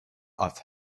off